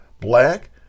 black